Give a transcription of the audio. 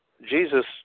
Jesus